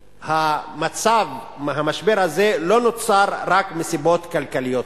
המשבר הזה לא נוצר רק מסיבות כלכליות-חברתיות,